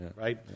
right